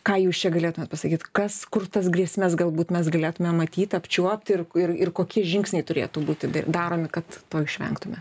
ką jūs čia galėtumėt pasakyt kas kur tas grėsmes galbūt mes galėtumėm matyt apčiuopt ir ir kokie žingsniai turėtų būti daromi kad to išvengtume